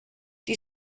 die